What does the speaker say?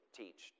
teach